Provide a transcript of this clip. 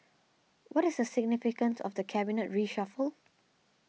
what is the significance of the cabinet reshuffle